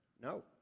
No